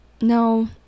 no